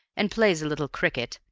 and plays a little cricket,